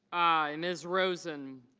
ms. rosen